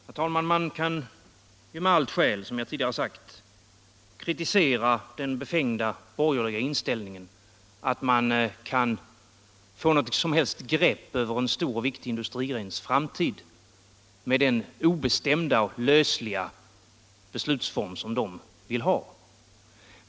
Herr talman! Man kan med allt skäl, som jag tidigare sagt, kritisera den befängda borgerliga inställningen att det kan gå att få något som helst grepp över en stor och viktig industrigrens framtid med den obestämda och lösliga beslutsform som de vill ha.